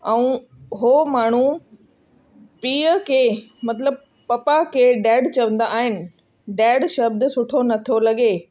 ऐं उहे माण्हू पीउ खे मतिलब पप्पा खे डैड चवंदा आहिनि डैड शब्द सुठो नथो लॻे